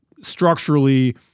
structurally